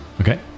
Okay